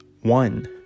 one